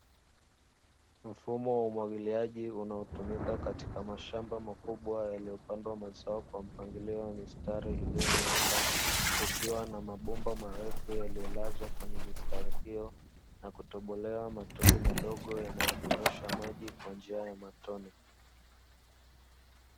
Mfumo wa umwagiliaji unaotumika katika mashamba makubwa yaliyopandwa mazao kwa mpangilio wa mistari, iliyonyooka kukiwa na mabomba marefu yaliyolazwa kwenye mistari hiyo na kutobolewa matundu madogo yanayodondosha maji kwa njia ya matone.